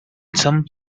some